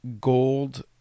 gold